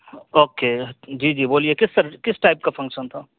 okay جی جی بولیے کس کس ٹائپ کا فنکشن تھا